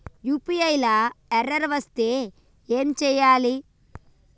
UPI లా error వస్తే ఏం చేయాలి?